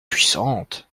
puissante